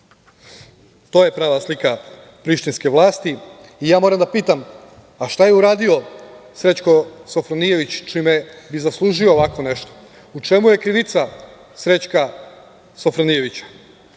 To je prava slika prištinske vlasti. Ja moram da pitam, a šta je uradio Srećko Sofronijević čime bi zaslužio ovako nešto? U čemu je krivica Srećka Sofronijevića?